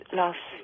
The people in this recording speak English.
last